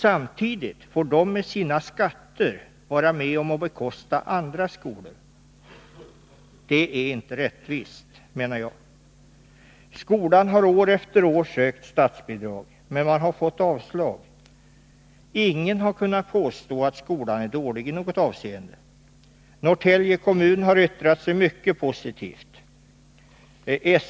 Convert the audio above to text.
Samtidigt får de med sina skatter vara med om att bekosta andra skolor. Det är inte rättvist. Skolan har år efter år sökt statsbidrag, men man har fått avslag. Ingen har kunnat påstå att skolan är dålig i något avseende. Norrtälje kommun har yttrat sig mycket positivt.